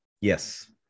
Yes